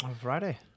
Friday